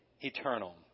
eternal